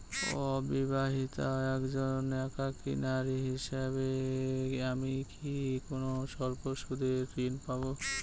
অবিবাহিতা একজন একাকী নারী হিসেবে আমি কি কোনো স্বল্প সুদের ঋণ পাব?